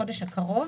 בחודש הקרוב,